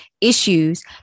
issues